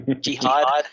Jihad